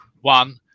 one